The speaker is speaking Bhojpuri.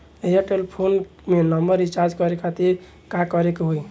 एयरटेल के फोन नंबर रीचार्ज करे के खातिर का करे के होई?